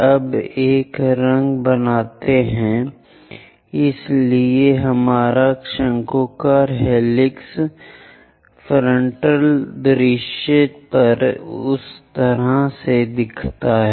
अब एक रंग बनाते हैं इसलिए हमारा शंक्वाकार हेलिक्स ललाट दृश्य पर उस तरह से दिखता है